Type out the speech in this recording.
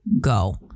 go